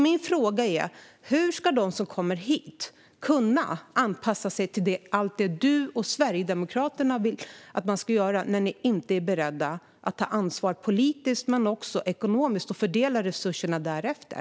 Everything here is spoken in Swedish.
Min fråga är: Hur ska de som kommer hit kunna anpassa sig till allt det som Henrik Vinge och Sverigedemokraterna vill att man ska göra när ni inte är beredda att ta ansvar politiskt och ekonomiskt och fördela resurserna därefter?